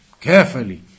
carefully